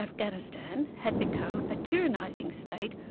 afghanistan had become a tyrannising state,